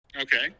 Okay